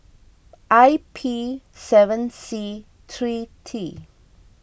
I P seven C three T